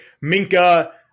Minka